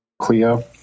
Cleo